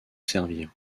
servir